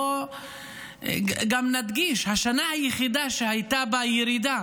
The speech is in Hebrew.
בואו גם נדגיש, השנה היחידה שהייתה בה ירידה